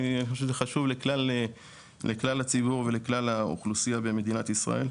אני חושב שזה חשוב לכלל הציבור וכלל האוכלוסייה במדינת ישראל.